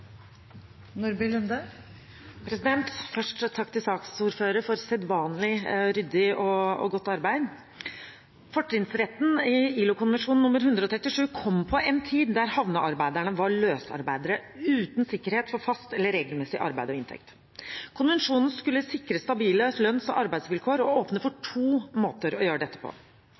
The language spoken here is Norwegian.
Først takk til saksordføreren for sedvanlig ryddig og godt arbeid. Fortrinnsretten i ILO-konvensjon 137 kom på en tid da havnearbeiderne var løsarbeidere uten sikkerhet for fast eller regelmessig arbeid og inntekt. Konvensjonen skulle sikre stabile lønns- og arbeidsvilkår og åpner for to måter å gjøre dette på.